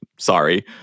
Sorry